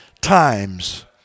times